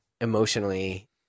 emotionally